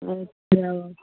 अच्छा